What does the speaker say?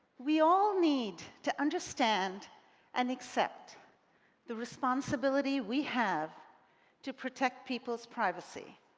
we all need to understand and accept the responsibility we have to protect people's privacy